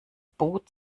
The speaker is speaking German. boot